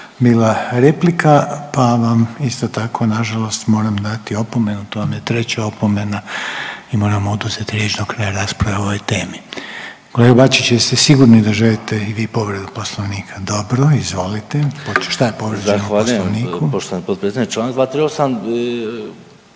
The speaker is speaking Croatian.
bila replika, pa vam isto tako na žalost moram dati opomenu. To vam je treća opomena i moram oduzeti riječ do kraja rasprave o ovoj temi. Kolega Bačić jeste sigurni da želite i vi povredu Poslovnika? Dobro. Izvolite. Šta je povrijeđeno u Poslovniku? **Bačić, Ante (HDZ)**